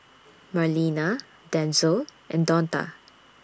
Marlena Denzel and Donta